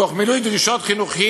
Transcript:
תוך מילוי דרישות חינוכיות